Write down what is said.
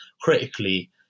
critically